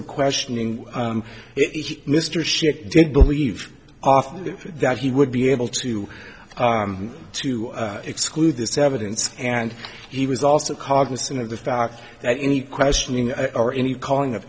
of questioning it mr shit didn't believe off that he would be able to to exclude this evidence and he was also cognizant of the fact that any questioning or any calling of